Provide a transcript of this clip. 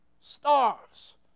stars